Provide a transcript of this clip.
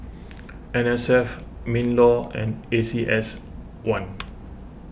N S F MinLaw and A C S one